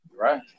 Right